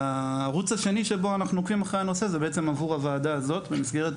הערוץ השני שבו אנחנו עוקבים אחרי הנושא זה בעצם עבור הוועדה הזאת במסגרת